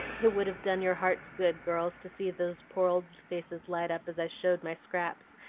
it would have done your hearts good, girls, to see those poor old faces light up as i showed my scraps,